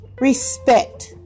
respect